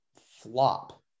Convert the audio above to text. flop